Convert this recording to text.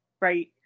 Right